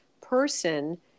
person